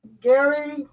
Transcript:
Gary